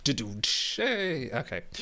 Okay